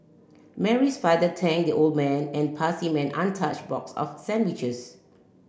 Mary's father thanked the old man and passed him an untouched box of sandwiches